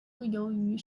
由于